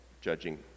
judging